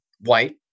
white